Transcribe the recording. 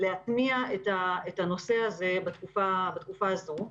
להתניע את הנושא הזה בתקופה הזאת.